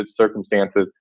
circumstances